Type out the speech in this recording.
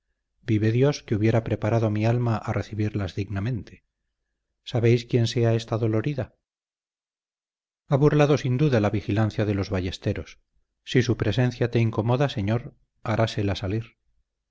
vive dios que hubiera preparado mi alma a recibirlas dignamente sabéis quién sea esta dolorida ha burlado sin duda la vigilancia de los ballesteros si su presencia te incomoda señor harásela salir